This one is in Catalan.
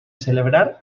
celebrar